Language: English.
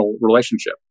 relationship